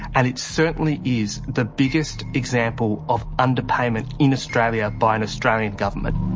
and it certainly is the biggest example of underpayment in australia by an australian government.